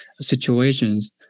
situations